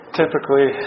typically